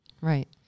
Right